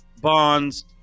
Bonds